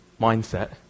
mindset